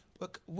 Look